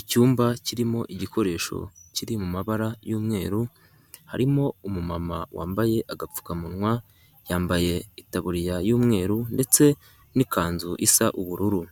Icyumba kirimo igikoresho kiri mu mabara y'umweru, harimo umumama wambaye agapfukamunwa, yambaye itaburiya y'umweru ndetse n'ikanzu isa ubururu,